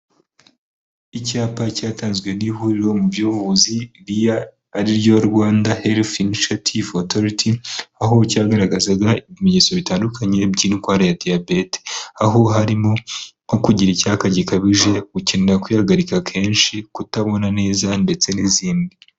Icyapa cyatanzwe n'ihuriro mu by'ubuvuzi RIA ari ryo Rwanda Health Initiative Authoty aho cyagaragazaga ibimenyetso bitandukanye by'indwara ya diyabete aho harimo nko kugira icyaka gikabije ukenera kuhagarika kenshi kutabona neza ndetse n'izindi.